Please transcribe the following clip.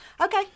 Okay